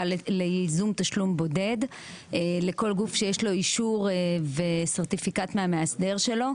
לייזום תשלום בודד לכל גוף שיש לו אישור וסרטיפיקט מהמאסדר שלו.